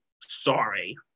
sorry